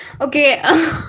Okay